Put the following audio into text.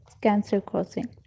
cancer-causing